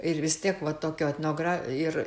ir vis tiek va tokio etnogra ir